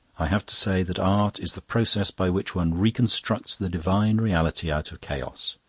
i have to say that art is the process by which one reconstructs the divine reality out of chaos.